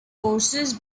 forces